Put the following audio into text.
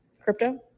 crypto